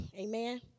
Amen